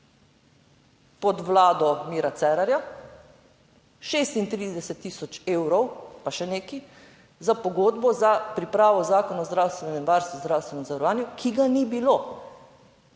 pod Vlado Mira Cerarja, 36 tisoč evrov pa še nekaj za pogodbo za pripravo Zakona o zdravstvenem varstvu in zdravstvenem zavarovanju, ki ga ni bilo.